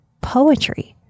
poetry